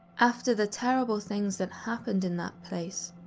after the terrible things that happened in that place,